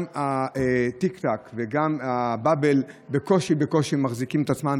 גם התיק-תק וגם הבאבל בקושי בקושי מחזיקים את עצמם,